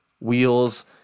wheels